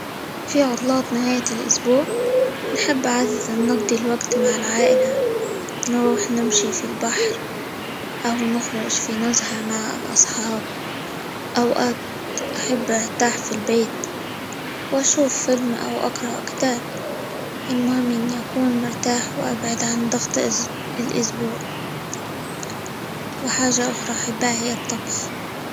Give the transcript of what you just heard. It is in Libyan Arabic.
في عطلات نهاية الأسبوع، نحب عادةً نقضي الوقت مع العائلة، نروح نمشي في البحر، أو نخرج في نزهة مع الأصحاب، أوقات أحب أرتاح في البيت، وأشوف فيلم، أو اقرأ كتاب، المهم إني أكون مرتاح، وأبعد عن ضغط -الس- الأسبوع، وحاجة أخرى أحبها هي الطبخ.